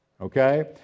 okay